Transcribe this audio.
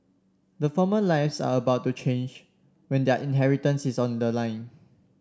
the former lives are about to change when their inheritance is on the line